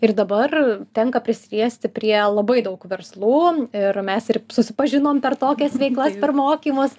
ir dabar tenka prisiliesti prie labai daug verslų ir mes ir susipažinom per tokias veiklas per mokymus